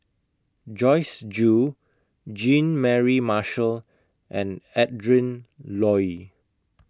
Joyce Jue Jean Mary Marshall and Adrin Loi